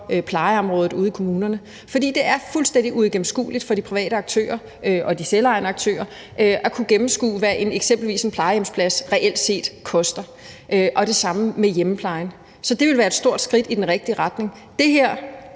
plejeområdet ude i kommunerne. For det er fuldstændig uigennemskueligt for de private aktører og de selvejende aktører at gennemskue, hvad eksempelvis en plejehjemsplads reelt set koster – og det samme med hjemmeplejen. Så det ville være et stort skridt i den rigtige retning. Det her